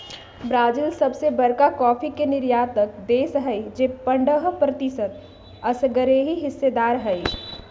Brazil सबसे बरका coffee के निर्यातक देश हई जे पंडह प्रतिशत असगरेहिस्सेदार हई